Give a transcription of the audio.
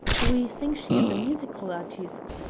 we think she is a music-hall artiste,